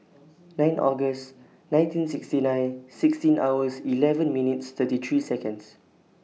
nine August nineteen sixty nine sixteen hours eleven minutes thirty three Seconds